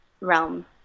realm